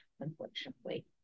unfortunately